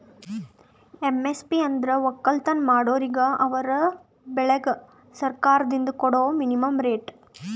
MSP ಅಂದ್ರ ವಕ್ಕಲತನ್ ಮಾಡೋರಿಗ ಅವರ್ ಬೆಳಿಗ್ ಸರ್ಕಾರ್ದಿಂದ್ ಕೊಡಾ ಮಿನಿಮಂ ರೇಟ್